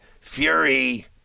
Fury